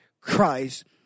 Christ